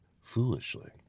foolishly